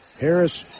Harris